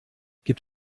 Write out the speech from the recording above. gibt